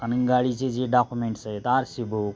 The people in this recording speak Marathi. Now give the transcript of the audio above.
आणि गाडीची जे डाक्युमेंट्स आहेत आर सी बुक